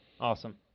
Awesome